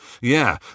Yeah